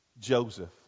Joseph